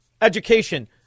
education